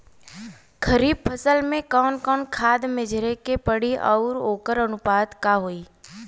खरीफ फसल में कवन कवन खाद्य मेझर के पड़ी अउर वोकर अनुपात का होई?